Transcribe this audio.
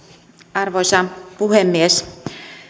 arvoisa puhemies